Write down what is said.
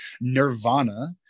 nirvana